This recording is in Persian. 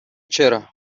چرا